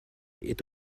est